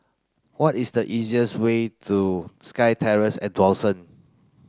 what is the easiest way to SkyTerrace at Dawson